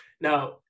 now